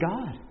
God